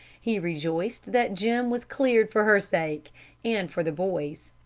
he rejoiced that jim was cleared for her sake and for the boy's.